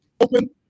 open